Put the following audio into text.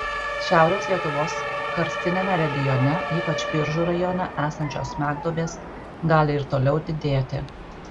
šiaurės lietuvos karstiniame regione ypač biržų rajone esančios smegduobės gali ir toliau didėti